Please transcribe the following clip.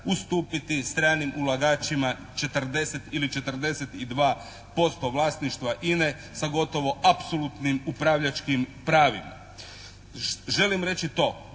ustupiti stranim ulagačima 40 ili 42% vlasništva INA-e sa gotovo apsolutno upravljačkim pravima. Želim reći to